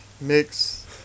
Mix